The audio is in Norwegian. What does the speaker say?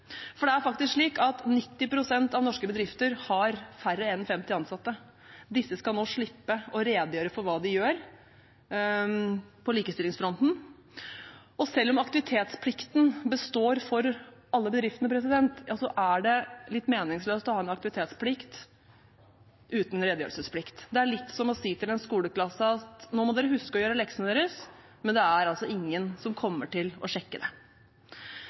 borte. Det er faktisk slik at 90 pst. av norske bedrifter har færre enn 50 ansatte. Disse skal nå slippe å redegjøre for hva de gjør på likestillingsfronten. Og selv om aktivitetsplikten består for alle bedriftene, er det litt meningsløst å ha en aktivitetsplikt uten redegjørelsesplikt. Det er som å si til en skoleklasse at nå må dere huske å gjøre leksene, men det er ingen som kommer til å sjekke